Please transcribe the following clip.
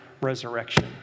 resurrection